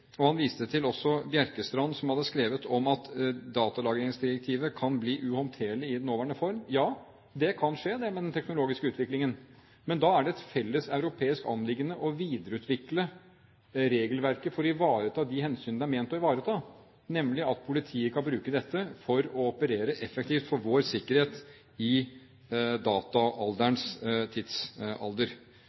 og viste til Bjerkestrand, som har skrevet om at datalagringsdirektivet kan bli uhåndterlig i den nåværende form – at ja, det kan skje med den teknologiske utviklingen. Men da er det et felles europeisk anliggende å videreutvikle regelverket for å ivareta de hensyn det er ment å ivareta, nemlig at politiet kan bruke dette for å operere effektivt for vår sikkerhet i dataens tidsalder.